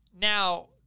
Now